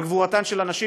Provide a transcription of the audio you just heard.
על גבורתן של הנשים,